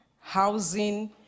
housing